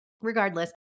regardless